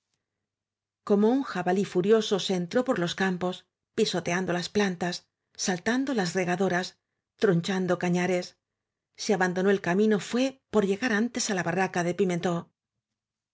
como un jabalí furioso se entró por los campos pisoteando las plantas saltando las regadoras tronchando cañares si abandonó el camino fué por llegar antes á la barraca de